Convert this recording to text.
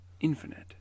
infinite